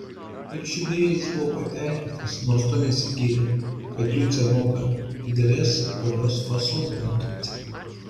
ir širdyje jis buvo patenkintas nors tuo nesigyrė kad liucė moka didelės ponios fasoną laikyti